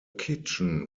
kitchen